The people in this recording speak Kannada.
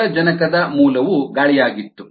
ಆಮ್ಲಜನಕದ ಮೂಲವು ಗಾಳಿಯಾಗಿತ್ತು